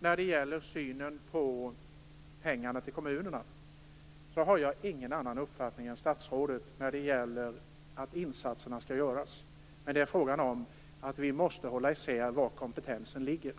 Vad gäller pengarna till kommunerna har jag ingen annan uppfattning än statsrådet i fråga om att insatserna skall göras. Vad det handlar om är att vi måste hålla isär var kompetensen ligger.